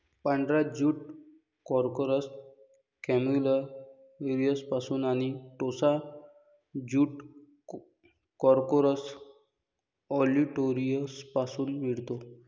पांढरा jute corchorus कॅप्सुलरिसपासून आणि टोसा ज्यूट कॉर्कोरस ऑलिटोरियसपासून मिळतो